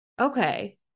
okay